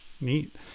Neat